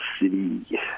city